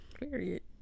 Period